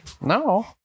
No